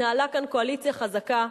התנהלה כאן קואליציה חזקה.